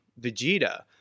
Vegeta